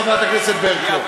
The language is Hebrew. חברת הכנסת ברקו.